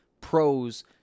pros